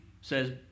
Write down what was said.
says